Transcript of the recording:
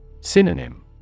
Synonym